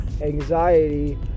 anxiety